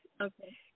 okay